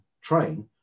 train